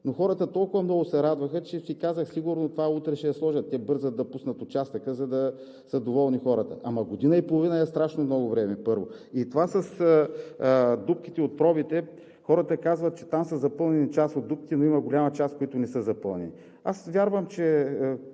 но хората толкова много се радваха, че си казах: сигурно утре ще я сложат, те бързат да пуснат участъка, за да са доволни хората. Ама година и половина е страшно много време, първо. И това с дупките от пробите – хората казват, че там са запълнени част от дупките, но има голяма част, които не са запълнени. Аз вярвам, че